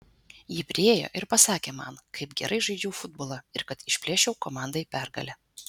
ji priėjo ir pasakė man kaip gerai žaidžiau futbolą ir kad išplėšiau komandai pergalę